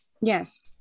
Yes